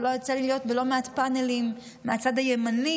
יצא לי להיות בלא מעט פאנלים מהצד הימני,